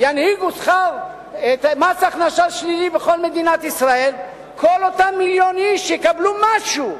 ינהיגו מס הכנסה שלילי בכל מדינת ישראל כל אותם מיליון איש יקבלו משהו.